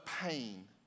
pain